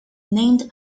named